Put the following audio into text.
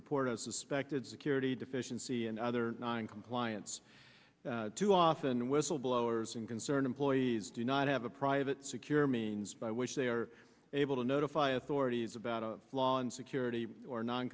report a suspected security deficiency and other noncompliance to often whistleblowers and concerned employees do not have a private secure means by which they are able to notify authorities about a law and security or non